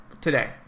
today